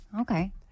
Okay